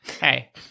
Hey